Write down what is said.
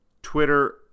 Twitter